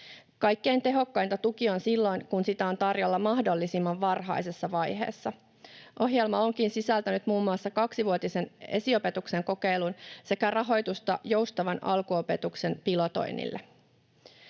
Kaikkein tehokkainta tuki on silloin kun sitä on tarjolla mahdollisimman varhaisessa vaiheessa. Ohjelma onkin sisältänyt muun muassa kaksivuotisen esiopetuksen kokeilun sekä rahoitusta joustavan alkuopetuksen pilotoinnille.